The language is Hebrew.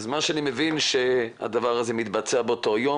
אני מבין שהדבר מתבצע באותו יום,